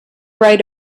right